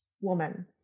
woman